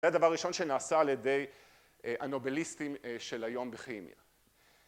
זה הדבר הראשון שנעשה על ידי הנובליסטים של היום בכימיה.